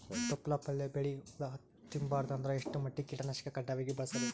ತೊಪ್ಲ ಪಲ್ಯ ಬೆಳಿ ಹುಳ ತಿಂಬಾರದ ಅಂದ್ರ ಎಷ್ಟ ಮಟ್ಟಿಗ ಕೀಟನಾಶಕ ಕಡ್ಡಾಯವಾಗಿ ಬಳಸಬೇಕು?